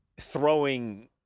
throwing